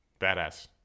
Badass